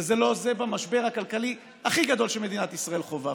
וזה לא זה במשבר הכלכלי הכי גדול שמדינת ישראל חווה.